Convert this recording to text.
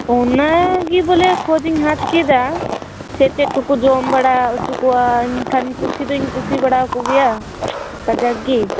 ᱚᱱᱟᱜᱮ ᱵᱚᱞᱮ ᱠᱷᱳᱡ ᱤᱧ ᱦᱟᱛ ᱠᱮᱫᱟ ᱥᱮ ᱪᱮᱫ ᱠᱚ ᱠᱚ ᱡᱚᱢ ᱵᱟᱲᱟ ᱚᱪᱚ ᱠᱚᱣᱟ ᱮᱱᱠᱷᱟᱱ ᱠᱩᱥᱤ ᱫᱩᱧ ᱠᱩᱥᱤ ᱵᱟᱲᱟ ᱟᱠᱚ ᱜᱮᱭᱟ ᱠᱟᱡᱟᱠ ᱜᱮ